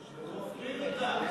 מצביעים,